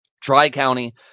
Tri-county